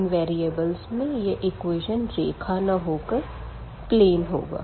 तीन वेरीअबलस में यह इक्वेशन रेखा ना हो कर प्लेन होगा